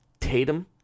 Tatum